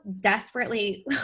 desperately